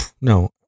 no